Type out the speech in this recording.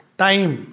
time